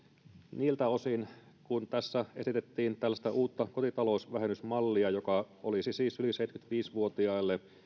niiltä osin kuin tässä esitettiin tällaista uutta kotitalousvähennysmallia joka olisi siis yli seitsemänkymmentäviisi vuotiaille